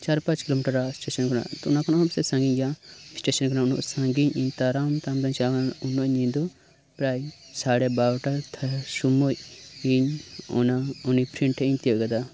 ᱪᱟᱨ ᱯᱟᱸᱪ ᱠᱤᱞᱳᱢᱤᱴᱟᱨᱟ ᱥᱴᱮᱥᱚᱱ ᱠᱷᱚᱱᱟᱜ ᱛᱚ ᱚᱱᱟ ᱠᱷᱚᱱᱟᱜ ᱦᱚᱸ ᱯᱟᱪᱮᱫ ᱜᱟᱛᱮᱧ ᱜᱮᱭᱟ ᱥᱴᱮᱥᱚᱱ ᱠᱷᱚᱱᱟᱜ ᱩᱱᱟᱹᱜ ᱥᱟᱹᱜᱤᱧ ᱤᱧ ᱛᱟᱲᱟᱢ ᱛᱟᱲᱟᱢᱛᱮ ᱪᱟᱞᱟᱣ ᱮᱱᱟ ᱩᱱᱟᱹᱜ ᱧᱤᱫᱟᱹ ᱯᱨᱟᱭ ᱥᱟᱲᱮ ᱵᱟᱨᱳᱴᱟ ᱫᱷᱟᱨᱟ ᱥᱳᱢᱳᱭ ᱤᱧ ᱚᱱᱟ ᱩᱱᱤ ᱴᱨᱮᱹᱱ ᱴᱷᱮᱱ ᱤᱧ ᱛᱤᱭᱳᱜ ᱠᱮᱫᱟ